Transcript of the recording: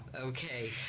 okay